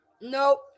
nope